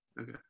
Okay